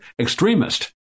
extremist